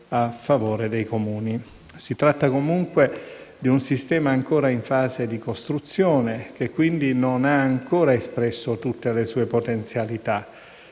Stato ai Comuni. Si tratta, comunque, di un sistema ancora in fase di costruzione e che, quindi, non ha ancora espresso tutte le sue potenzialità.